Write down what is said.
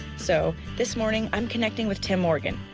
so, this morning i'm connecting with tim morgan,